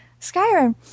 Skyrim